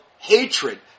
Hatred